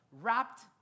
wrapped